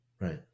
Right